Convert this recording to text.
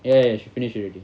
yes finish already